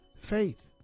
Faith